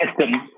system